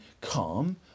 calm